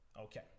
Okay